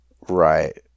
Right